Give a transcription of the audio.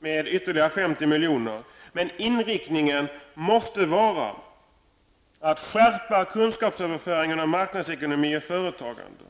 med ytterligare 50 milj.kr. och i praktiken fördubblas. Men inriktningen måste vara att öka kunskapsöverföringen om marknadsekonomi och företagande.